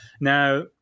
Now